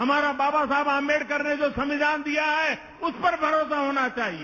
हमारा बाबा साहब आम्बेडकर ने जो संविधान दिया है उस पर भरोसा होना चाहिए